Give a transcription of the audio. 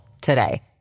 today